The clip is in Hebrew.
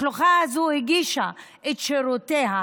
השלוחה הזו הגישה את שירותיה,